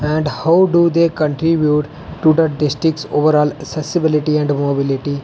and how do they contribute districts over all accessibility and mobility